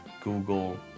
Google